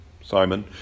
Simon